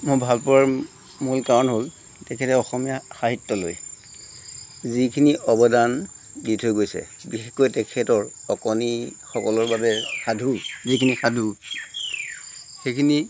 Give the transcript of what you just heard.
মই ভাল পোৱাৰ মূল কাৰণ হ'ল তেখেতে অসমীয়া সাহিত্যলৈ যিখিনি অৱদান দি থৈ গৈছে বিশেষকৈ তেখেতৰ অকণি সকলৰ বাবে সাধু যিখিনি সাধু সেইখিনি